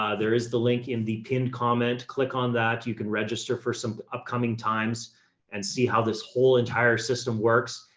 ah there is the link in the pinned comment, click on that you can register for some upcoming times and see how this whole entire system works.